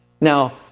Now